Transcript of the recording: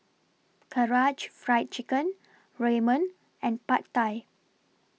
Karaage Fried Chicken Ramen and Pad Thai